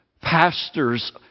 pastors